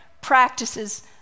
practices